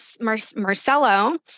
Marcelo